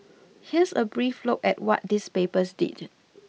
here's a brief look at what these papers did